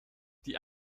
die